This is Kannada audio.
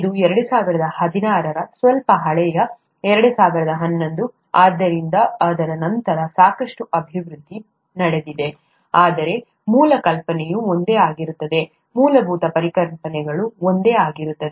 ಇದು 2016 ಸ್ವಲ್ಪ ಹಳೆಯ 2011 ಆದ್ದರಿಂದ ಅದರ ನಂತರ ಸಾಕಷ್ಟು ಅಭಿವೃದ್ಧಿ ನಡೆದಿದೆ ಆದರೆ ಮೂಲ ಕಲ್ಪನೆಯು ಒಂದೇ ಆಗಿರುತ್ತದೆ ಮೂಲಭೂತ ಪರಿಕಲ್ಪನೆಗಳು ಒಂದೇ ಆಗಿರುತ್ತವೆ